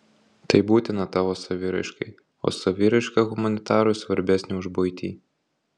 tai būtina tavo saviraiškai o saviraiška humanitarui svarbesnė už buitį